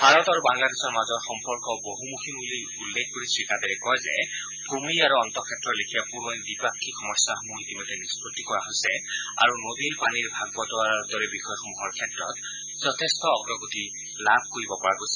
ভাৰত আৰু বাংলাদেশৰ মাজৰ সম্পৰ্ক বহুমুখী বুলি উল্লেখ কৰি শ্ৰীকাদেৰে কয় যে ভূমিহীন আৰু অন্তঃক্ষেত্ৰৰ লেখিয়া পুৰণি দ্বিপাক্ষিক সমস্যাসমূহ ইতিমধ্যে নিষ্পত্তি কৰা হৈছে আৰু নদীৰ পানীৰ ভাগ বাটোৱাৰাৰ দৰে বিষয়সমূহৰ ক্ষেত্ৰত যথেষ্ট অগ্ৰগতি লাভ কৰিব পৰা গৈছে